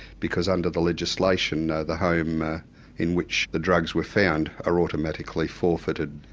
because under the legislation, the home in which the drugs were found, are automatically forfeited.